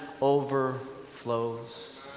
overflows